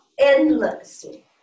endlessly